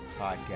Podcast